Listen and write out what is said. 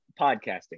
podcasting